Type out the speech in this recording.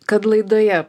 kad laidoje